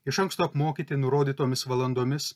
iš anksto apmokyti nurodytomis valandomis